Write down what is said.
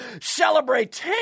Celebrate